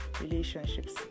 relationships